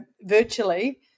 virtually